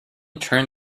turn